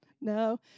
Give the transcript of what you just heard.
No